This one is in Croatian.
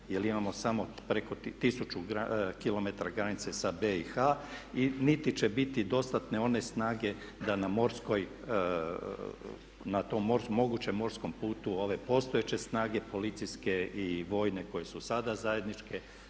jer imamo samo 1000 km granice sa BiH, niti će biti dostatne one snage da na tom mogućem morskom putu ove postojeće snage policijske i vojne koje su sada zajedničke